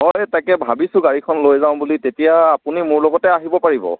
হয় তাকে ভাবিছোঁ গাড়ীখন লৈ যাওঁ বুলি তেতিয়া আপুনি মোৰ লগতে আহিব পাৰিব